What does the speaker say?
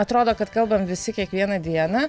atrodo kad kalbam visi kiekvieną dieną